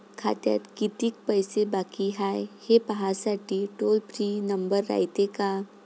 खात्यात कितीक पैसे बाकी हाय, हे पाहासाठी टोल फ्री नंबर रायते का?